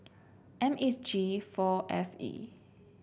M H G four F E